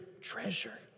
treasure